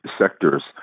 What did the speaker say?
sectors